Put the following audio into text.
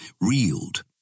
reeled